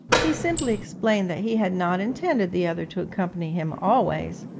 he simply explained that he had not intended the other to accompany him always,